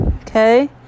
Okay